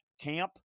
camp